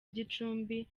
gicumbi